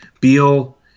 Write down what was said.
Beal